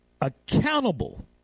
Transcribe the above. accountable